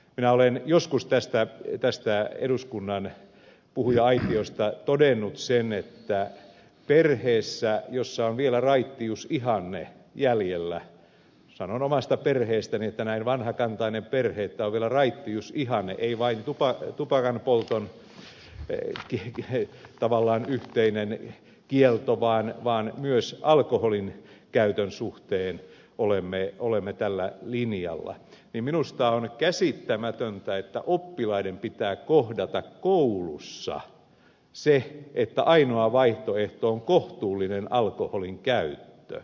minä olen joskus tästä eduskunnan puhuja aitiosta todennut sen että minusta on käsittämätöntä että perheessä jossa on vielä raittiusihanne jäljellä sanon omasta perheestäni että on näin vanhakantainen perhe että on vielä raittiusihanne ei vain tupakanpolton tavallaan yhteinen kielto vaan myös alkoholin käytön suhteen olemme tällä linjalla ei minusta on käsittämätöntä että oppilaiden pitää kohdata koulussa se että ainoa vaihtoehto on kohtuullinen alkoholin käyttö